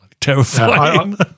Terrifying